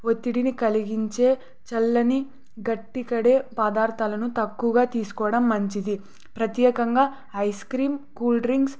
ఒత్తిడిని కలిగించే చల్లని గట్టి పడే పదార్థాలలను తక్కువగా తీసుకోవడం మంచిది ప్రత్యేకంగా ఐస్ క్రీమ్ కూల్ డ్రింక్స్